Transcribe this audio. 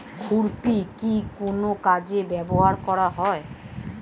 খুরপি কি কোন কাজে ব্যবহার করা হয়?